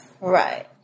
right